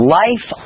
life